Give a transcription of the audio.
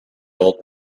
old